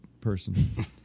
person